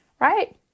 right